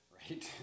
right